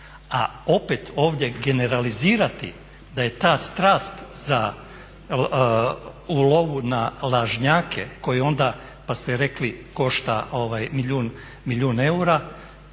A opet ovdje generalizirati da je ta strast za u lovu na lažnjake koji onda pa ste rekli košta milijun eura